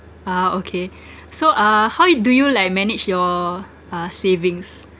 ah okay so uh how y~ do you like manage your uh savings